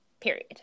period